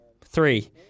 three